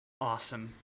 Awesome